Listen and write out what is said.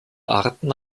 arten